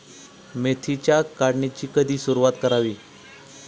मेथीच्या काढणीची कधी सुरूवात करावी?